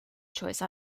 choice